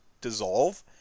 dissolve